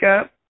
up